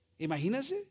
Imagínense